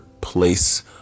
place